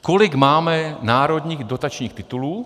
Kolik máme národních dotačních titulů?